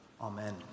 Amen